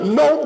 no